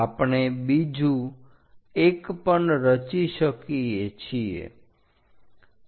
આપણે બીજું 1 પણ રચી શકીએ છીએ